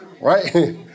Right